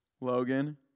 Logan